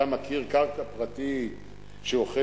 אתה מכיר קרקע פרטית ש"אוכלת"